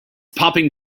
popping